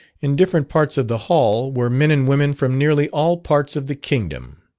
in different parts of the hall were men and women from nearly all parts of the kingdom,